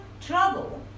trouble